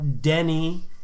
Denny